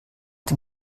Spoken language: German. dem